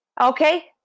okay